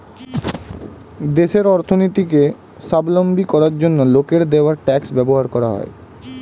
দেশের অর্থনীতিকে স্বাবলম্বী করার জন্য লোকের দেওয়া ট্যাক্স ব্যবহার করা হয়